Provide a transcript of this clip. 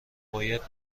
باید